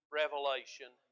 revelation